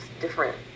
different